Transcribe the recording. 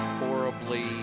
horribly